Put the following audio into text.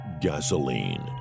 Gasoline